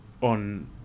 on